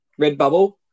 Redbubble